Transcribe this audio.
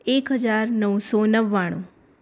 એક હજાર નવસો નવ્વાણું